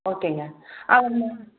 ஓகேங்க அவள் அந்த